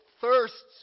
thirsts